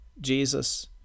Jesus